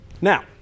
Now